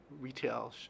retail